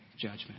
judgment